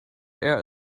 air